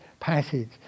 Passage